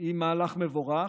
היא מהלך מבורך,